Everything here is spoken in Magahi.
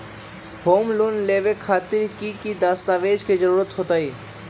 होम लोन लेबे खातिर की की दस्तावेज के जरूरत होतई?